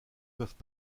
peuvent